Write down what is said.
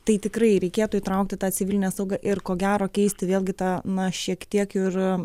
tai tikrai reikėtų įtraukti tą civilinę saugą ir ko gero keisti vėlgi tą na šiek tiek ir